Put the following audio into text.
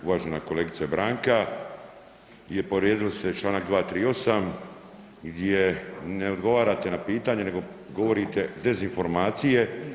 Uvažena kolegice Branka povrijedili ste Članak 238. gdje ne odgovarate na pitanje nego govorite dezinformacije.